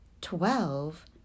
twelve